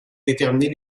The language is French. déterminer